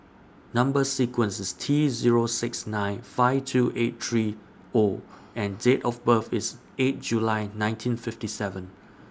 Number sequence IS T Zero six nine five two eight three O and Date of birth IS eight July nineteen fifty seven